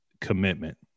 commitment